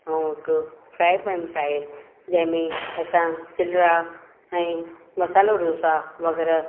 ऐं हिकु fryums आहे जंहिंमें असां चिलरा ऐं मसाल्हो डोसा वग़ैरह